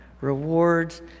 rewards